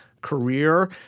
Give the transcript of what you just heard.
career